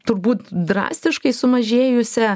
turbūt drastiškai sumažėjusia